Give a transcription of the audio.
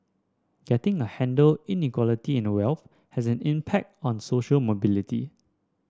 getting a handle Inequality in wealth has an impact on social mobility